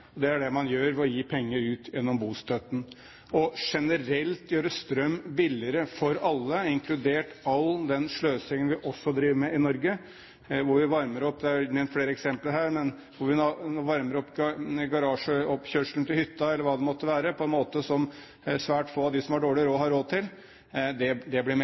Det er det man gjør ved å gi penger ut gjennom bostøtten. Generelt å gjøre strøm billigere for alle, inkludert all den sløsingen vi også driver med i Norge – det er nevnt flere eksempler her – hvor vi f.eks. varmer opp garasjeoppkjørselen til hytta eller hva det måtte være på en måte som svært få av dem som har dårlig råd, har råd til, blir meningsløst. Et vesentlig samfunnsproblem krever et målrettet svar, og det målrettede svaret – heldigvis er det